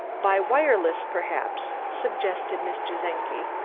by wireless, perhaps? suggested mr. czenki.